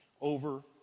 over